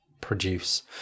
produce